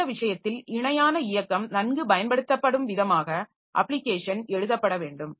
அந்த விஷயத்தில் இணையான இயக்கம் நன்கு பயன்படுத்தப்படும் விதமாக அப்ளிகேஷன் எழுதப்பட வேண்டும்